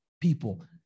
people